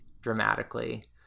dramatically